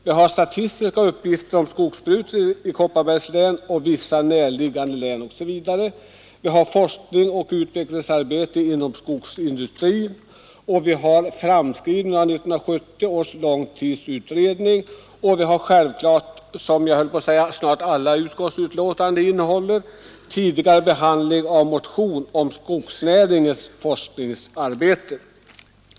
Några statistiska uppgifter om skogsbruket i Kopparbergs län och vissa närliggande län, Forskningsoch utvecklingsarbete inom skogsindustrin, Framskrivning av 1970 års långtidsutredning och självfallet — liknande rubriker finns i alla utskottsbetänkanden — Tidigare behandling av motion om skogsnäringens forskningsarbete.